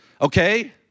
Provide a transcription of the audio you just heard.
Okay